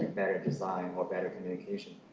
better design, or better communication.